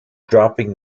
dropping